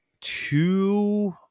two